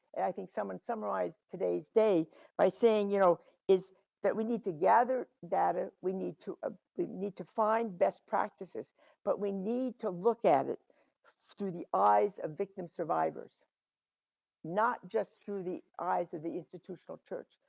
and i think someone summarize today's day by saying you know is that we need to gather data, we need to ah need to find best practices but we need to look at it through the eyes of victims survivors not just through the eyes of the institutional church.